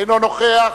אינו נוכח.